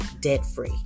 debt-free